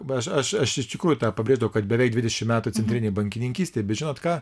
aš aš aš iš tikrųjų tą pabrėžiau kad beveik dvidešimt metų centrinėj bankininkystėj bet žinot ką